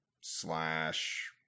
slash